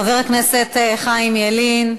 חבר הכנסת חיים ילין,